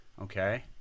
Okay